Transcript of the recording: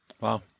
Wow